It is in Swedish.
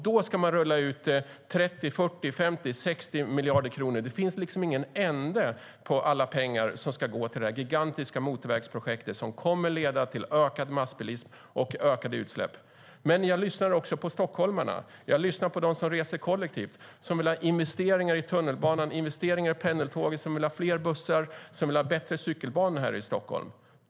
Då ska man rulla ut 30, 40, 50 eller 60 miljarder kronor; det finns liksom ingen ände på mängden pengar som ska gå till detta gigantiska motorvägsprojekt som kommer att leda till ökad massbilism och ökade utsläpp. Jag lyssnar dock även på stockholmarna. Jag lyssnar på dem som reser kollektivt och som vill ha investeringar i tunnelbana och pendeltåg samt fler bussar och bättre cykelbanor här i Stockholm.